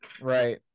right